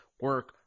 Work